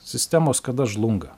sistemos kada žlunga